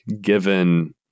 given